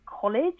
college